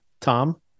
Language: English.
Tom